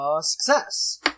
Success